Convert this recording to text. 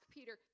Peter